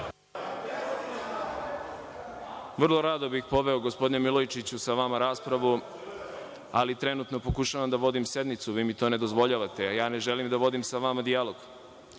Vrlo rado bih poveo, gospodine Milojičiću, sa vama raspravu ali trenutno pokušavam da vodim sednicu, vi mi to ne dozvoljavate, a ja ne želim da vodim sa vama dijalog. Kao